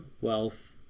wealth